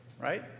right